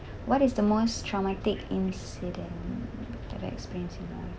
what is the most traumatic incident or experience in life